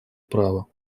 права